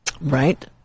right